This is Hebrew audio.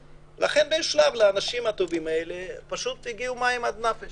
באיזשהו שלב לאנשים הטובים הללו הגיעו מים עד נפש